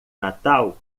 natal